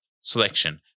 selection